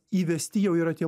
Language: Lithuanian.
įvesti jau yra tie